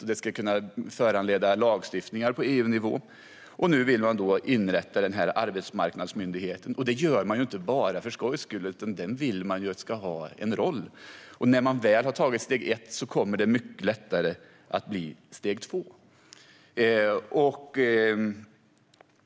Detta ska kunna föranleda lagstiftningar på EU-nivå. Och nu vill man inrätta en arbetsmarknadsmyndighet. Det gör man inte bara för skojs skull, utan man vill att den ska ha en roll. När man väl har tagit steg ett blir det mycket lättare att ta steg två.